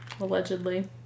allegedly